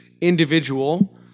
individual